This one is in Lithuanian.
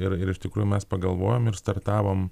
ir ir iš tikrųjų mes pagalvojom ir startavom